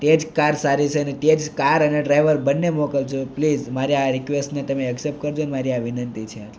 તે જ કાર સારી છે ને તે જ કાર અને ડ્રાઇવર બંને મોકલજો પ્લીઝ મારી આ રિક્વેસ્ટને તમે એક્સેપ્ટ કરજો ને મારી આ વિનંતી છે